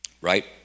right